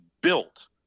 built